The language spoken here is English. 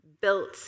built